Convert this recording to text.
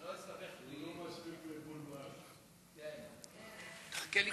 שלא אסתבך, הוא לא מספיק, תחכה לי,